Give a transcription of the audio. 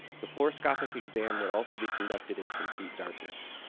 the fluoroscopic exam would also be conducted in complete darkness.